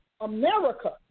America